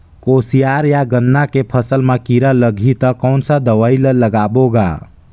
कोशियार या गन्ना के फसल मा कीरा लगही ता कौन सा दवाई ला लगाबो गा?